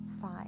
Five